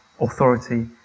authority